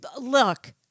look